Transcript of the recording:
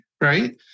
right